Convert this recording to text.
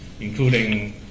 including